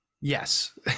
Yes